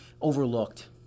overlooked